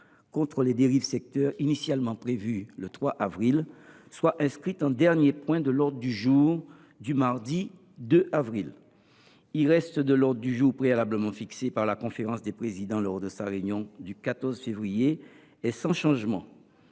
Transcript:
contre les dérives sectaires, initialement prévues le 3 avril, soient inscrites en dernier point de l’ordre du jour du mardi 2 avril prochain. Le reste de l’ordre du jour préalablement fixé par la conférence des présidents lors de sa réunion du 14 février dernier est sans changement.